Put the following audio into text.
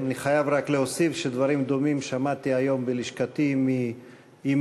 אני חייב רק להוסיף שדברים דומים שמעתי היום בלשכתי מאמם,